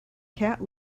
cat